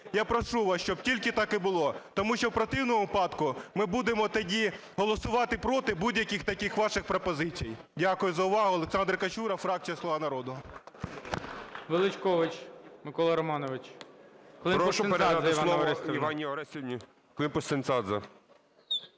я прошу вас, щоб тільки так і було. Тому що в противному випадку ми будемо тоді голосувати проти будь-яких таких ваших пропозицій. Дякую за увагу. Олександр Качура, фракція "Слуга народу". ГОЛОВУЮЧИЙ. Величкович Микола Романович. 11:07:15 ВЕЛИЧКОВИЧ М.Р. Прошу передати слово Іванні Орестівні Климпуш-Цинцадзе.